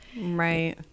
right